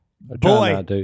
Boy